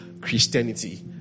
Christianity